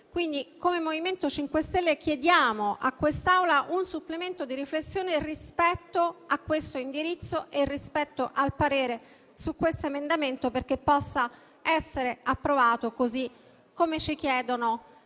Come MoVimento 5 Stelle chiediamo a quest'Assemblea un supplemento di riflessione rispetto a questo indirizzo e rispetto al parere sull'emendamento 7.0.3 perché possa essere approvato, così come ci chiedono